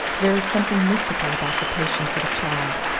there is something mystical about the patience of a child.